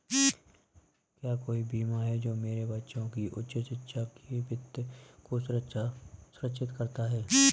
क्या कोई बीमा है जो मेरे बच्चों की उच्च शिक्षा के वित्त को सुरक्षित करता है?